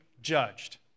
judged